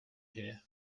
here